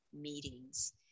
meetings